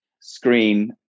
screen